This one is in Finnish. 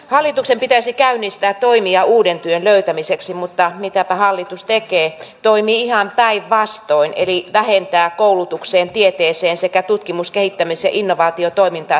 hallituksen pitäisi käynnistää toimia uuden työn löytämiseksi mutta mitäpä hallitus tekee toimii ihan päinvastoin eli vähentää koulutukseen tieteeseen sekä tutkimus kehittämis ja innovaatiotoimintaan suunnattua rahoitusta